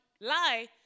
lie